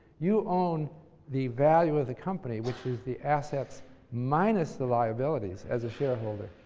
you own the value of the company, which is the assets minus the liabilities, as a shareholder.